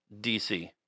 DC